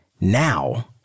Now